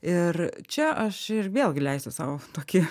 ir čia aš ir vėlgi leisiu sau tokį